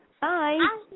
Bye